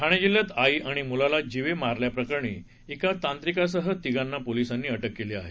ठाणे जिल्ह्यात आई आणि म्लाला जीवे मारल्याप्रकरणी एका तांत्रिकासह तिघांना पोलीसांनी अटक केली आहे